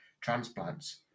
transplants